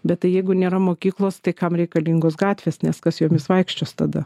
bet tai jeigu nėra mokyklos tai kam reikalingos gatvės nes kas jomis vaikščios tada